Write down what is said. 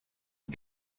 une